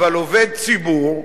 אבל עובד ציבור,